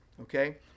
Okay